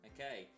Okay